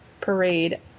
parade